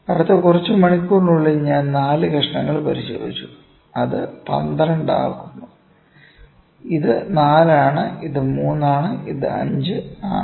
അടുത്ത കുറച്ച് മണിക്കൂറിനുള്ളിൽ ഞാൻ 4 കഷണങ്ങൾ പരിശോധിച്ചു അത് 12 ആക്കുന്നു ഇത് 4 ആണ് ഇത് 3 ആണ് ഇത് 5 ആണ്